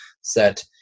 set